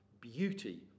beauty